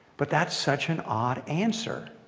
but that's such an odd answer.